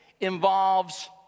involves